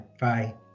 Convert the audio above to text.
bye